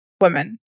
women